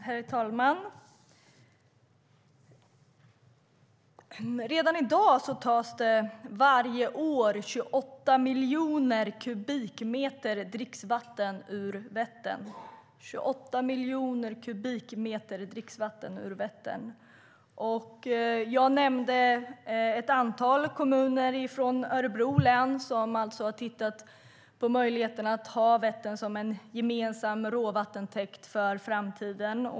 Herr talman! Redan i dag tas det varje år 28 miljoner kubikmeter dricksvatten ur Vättern. Jag nämnde ett antal kommuner från Örebro län som har tittat på möjligheten att ha Vättern som en gemensam råvattentäkt för framtiden.